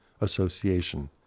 Association